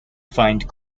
find